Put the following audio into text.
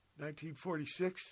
1946